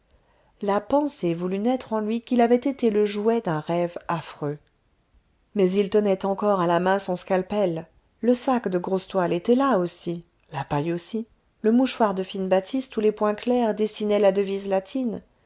le pensée voulut naître en lui qu'il avait été le jouet d'un rêve affreux mais il tenait encore à la main son scalpel le sac de grosse toile était là aussi la paille aussi le mouchoir de fine batiste où les points clairs dessinaient la devise latine